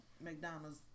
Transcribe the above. McDonald's